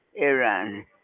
Iran